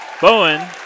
Bowen